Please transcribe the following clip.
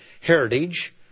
heritage